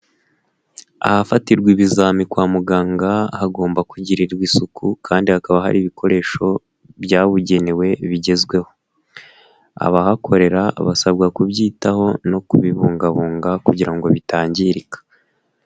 Ahafatirwa ibizami kwa muganga hagomba kugirirwa isuku kandi hakaba hari ibikoresho byabugenewe bigezweho, abahakorera basabwa kubyitaho no kubibungabunga kugira ngo bitangirika.